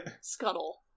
scuttle